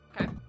Okay